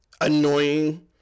annoying